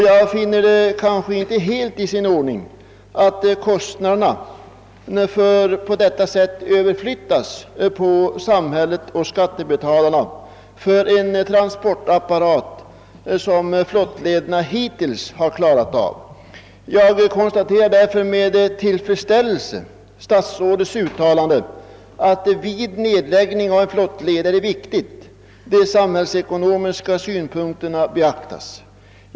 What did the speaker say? Jag finner det inte helt i sin ordning att kostnaderna för en transportapparat som flottlederna hittills har klarat av på detta sätt överflyttas på samhället och skattebetalarna. Jag konstaterar därför med tillfredsställelse statsrådets uttalande att det vid nedläggning av en flottled är viktigt att de samhällsekonomiska synpunkterna beaktas.